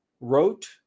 wrote